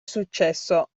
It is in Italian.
successo